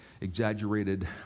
exaggerated